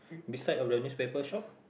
beside of the newspaper shop